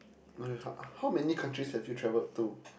oh yeah how many countries have you travelled to